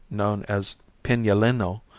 known as pinaleno,